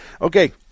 Okay